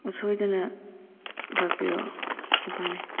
ꯁꯣꯏꯗꯅ ꯂꯥꯛꯄꯤꯔꯣ ꯐꯔꯦ